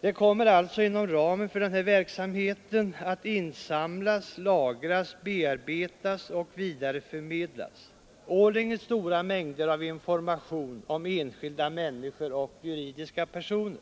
Det kommer alltså inom ramen för denna verksamhet att insamlas, lagras, bearbetas och vidareförmedlas stora mängder information årligen om enskilda människor och juridiska personer.